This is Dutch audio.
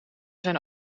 zijn